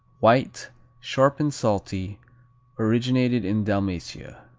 white sharp and salty originated in dalmatia.